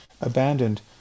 abandoned